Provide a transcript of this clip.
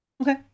Okay